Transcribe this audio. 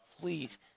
please